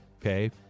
okay